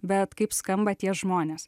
bet kaip skamba tie žmonės